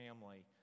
family